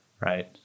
Right